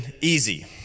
easy